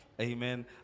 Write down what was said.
Amen